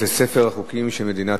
היו"ר אורי מקלב: